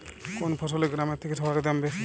কোন ফসলের গ্রামের থেকে শহরে দাম বেশি?